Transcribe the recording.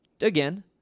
Again